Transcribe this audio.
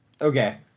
Okay